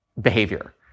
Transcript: behavior